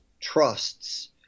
trusts